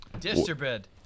Disturbed